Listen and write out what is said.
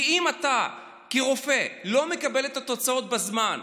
כי אם אתה כרופא לא מקבל את התוצאות בזמן,